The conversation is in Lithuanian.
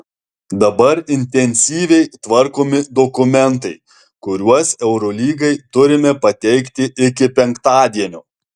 dabar intensyviai tvarkomi dokumentai kuriuos eurolygai turime pateikti iki penktadienio